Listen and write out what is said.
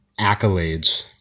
accolades